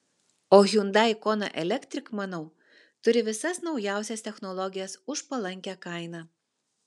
o hyundai kona electric manau turi visas naujausias technologijas už palankią kainą